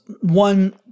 one